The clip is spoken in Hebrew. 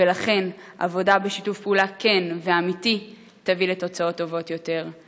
ולכן עבודה בשיתוף פעולה כן ואמיתי תביא לתוצאות טובות יותר.